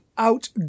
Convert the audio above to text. out